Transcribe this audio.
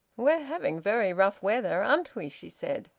we're having very rough weather, aren't we? she said,